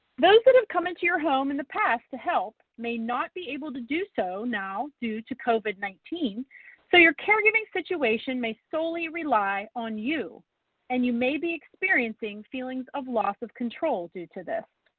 those that have come into your home in the past to help, may not be able to do so now due to covid nineteen so your caregiving situation may solely rely on you and you may be experiencing feelings of loss of control due to this.